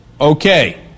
okay